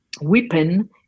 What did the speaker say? weapon